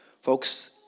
Folks